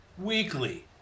weekly